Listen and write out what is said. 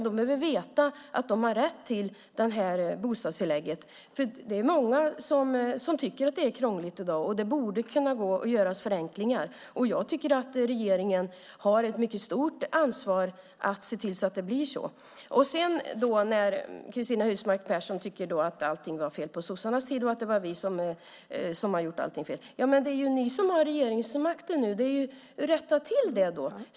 De behöver veta att de har rätt till det här bostadstillägget. Det är många som tycker att det är krångligt i dag, och det borde gå att göra förenklingar. Jag tycker att regeringen har ett mycket stort ansvar för att se till att det blir så. När sedan Cristina Husmark Pehrsson tycker att allt var fel på sossarnas tid, att det är vi som har gjort allt fel vill jag säga: Det är ju ni som har regeringsmakten nu. Rätta till det då!